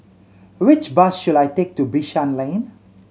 which bus should I take to Bishan Lane